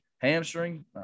hamstring